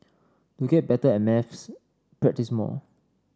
to get better at maths practise more